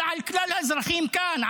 אלא על כלל האזרחים כאן,